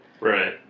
Right